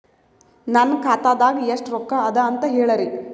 ನನ್ನ ಖಾತಾದಾಗ ಎಷ್ಟ ರೊಕ್ಕ ಅದ ಅಂತ ಹೇಳರಿ?